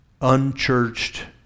unchurched